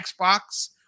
xbox